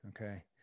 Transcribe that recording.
Okay